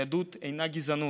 יהדות אינה גזענות.